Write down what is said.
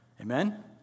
Amen